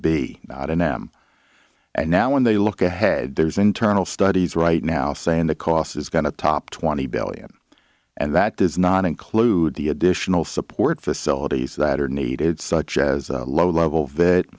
big not an m and now when they look ahead there's internal studies right now saying the cost is going to top twenty billion and that does not include the additional support facilities that are needed such as a low level that